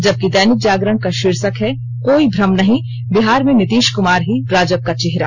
जबकि दैनिक जागरण का शीर्षक है कोई भ्रम नहीं बिहार में नीतीश कुमार ही राजग का चेहरा